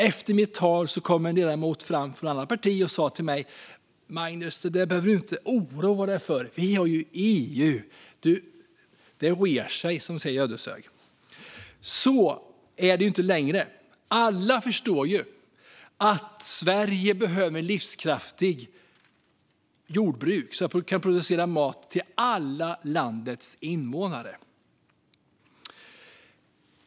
Efter mitt anförande kom en ledamot från ett annat parti fram till mig och sa: Magnus, det där behöver du inte oroa dig för. Vi har ju EU. Det re'r sig, som man säger i Ödeshög. Så är det inte längre. Alla förstår att Sverige behöver ett livskraftigt jordbruk som kan producera mat till alla landets invånare.